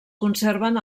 conserven